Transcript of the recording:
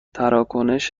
تراکنش